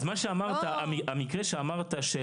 המקרה שאמרת,